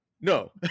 No